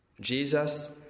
Jesus